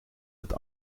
het